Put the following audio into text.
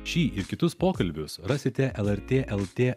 šį ir kitus pokalbius rasite lrt lt